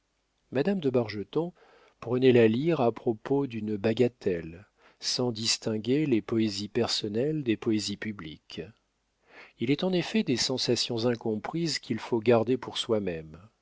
madame de bargeton prenait la lyre à propos d'une bagatelle sans distinguer les poésies personnelles des poésies publiques il est en effet des sensations incomprises qu'il faut garder pour soi-même